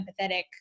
empathetic